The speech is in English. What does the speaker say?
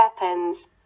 weapons